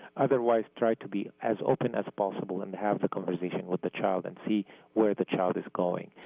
otherwise try to be as open as possible and have the conversation with the child and see where the child is going.